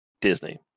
Disney